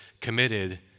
committed